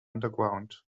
underground